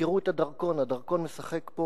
תזכרו את הדרכון, הדרכון משחק פה